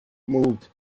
moved